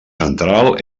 central